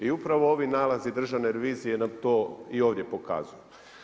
I upravo ovi nalazi Državne revizije nam to i ovdje pokazuju.